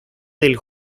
del